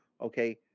Okay